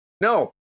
No